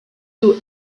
you